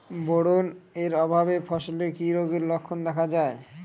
Boron এর অভাবে ফসলে কি রোগের লক্ষণ দেখা যায়?